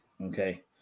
Okay